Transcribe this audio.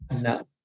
No